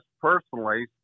personally